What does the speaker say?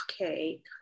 okay